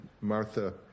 Martha